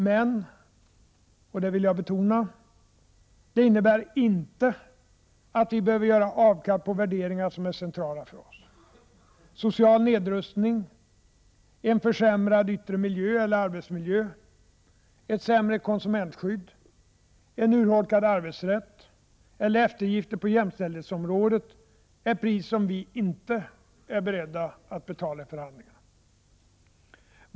Men, och det vill jag betona, det innebär inte att vi behöver göra avkall på värderingar som är centrala för oss. Social nedrustning, en försämrad yttre miljö eller arbetsmiljö, ett sämre konsumentskydd, en urholkad arbetsrätt eller eftergifter på jämställdhetsområdet är pris som vi inte är beredda att betala i förhandlingarna.